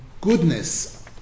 goodness